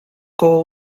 goal